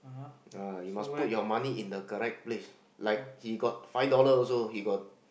uh you must put your money in the correct place like he got five dollar also he got